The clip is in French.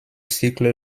cycle